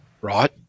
right